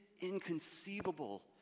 inconceivable